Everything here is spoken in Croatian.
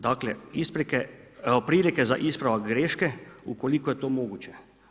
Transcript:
Dakle evo prilike za ispravak greške, ukoliko je to moguće.